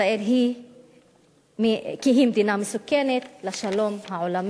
ישראל היא מדינה מסוכנת לשלום העולמי.